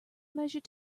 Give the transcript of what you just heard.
measure